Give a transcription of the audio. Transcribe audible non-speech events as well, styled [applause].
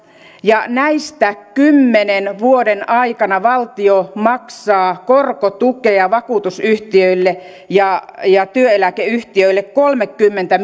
ja näistä kymmenen vuoden aikana valtio maksaa korkotukea vakuutusyhtiöille ja ja työeläkeyhtiöille kolmekymmentä [unintelligible]